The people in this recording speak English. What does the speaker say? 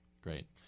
Great